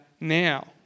now